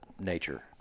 nature